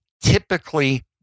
typically